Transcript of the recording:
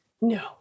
No